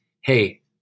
hey